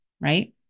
right